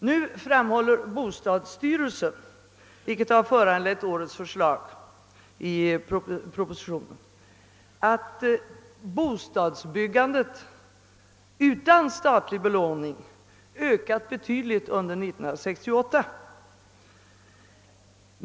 Nu framhåller emellertid bostadsstyrelsen — och det är det som föranlett årets förslag i propositionen — att bostadsbyggandet utan statlig upplåning ökades betydligt under 1968.